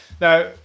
Now